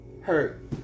hurt